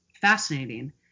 fascinating